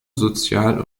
sozial